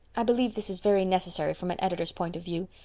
i believe this is very necessary from an editor's point of view.